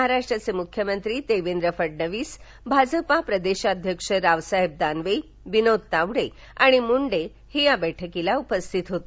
महाराष्ट्राचे मुख्यमंत्री देवेंद्र फडणवीस भाजप प्रदेशाध्यक्ष रावसाहेब दानवे विनोद तावडे आणि मुंडे हे या बैठकीला उपस्थित होते